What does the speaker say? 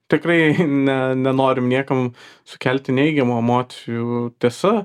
tikrai ne nenorim niekam sukelti neigiamų emocijų tiesa